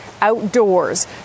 outdoors